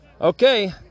okay